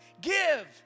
Give